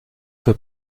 für